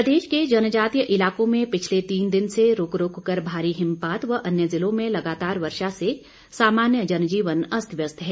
मौसम प्रदेश के जनजातीय इलाकों में पिछले तीन दिन से रुक रुक कर भारी हिमपात व अन्य जिलों में लगातार वर्षा से सामान्य जनजीवन अस्तव्यस्त है